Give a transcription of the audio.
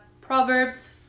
Proverbs